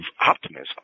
optimism